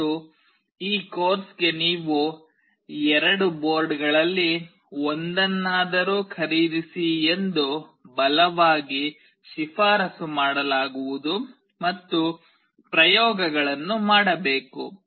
ಮತ್ತು ಈ ಕೋರ್ಸ್ಗೆ ನೀವು ಎರಡು ಬೋರ್ಡ್ಗಳಲ್ಲಿ ಒಂದನ್ನಾದರೂ ಖರೀದಿಸಿ ಎಂದು ಬಲವಾಗಿ ಶಿಫಾರಸು ಮಾಡಲಾಗುವುದು ಮತ್ತು ಪ್ರಯೋಗಗಳನ್ನು ಮಾಡಬೇಕು